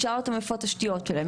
ישאל אותם איפה התשתיות שלהם,